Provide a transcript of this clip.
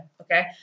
okay